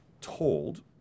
told